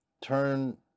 turn